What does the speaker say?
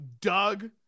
Doug